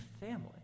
family